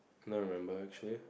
I don't remember actually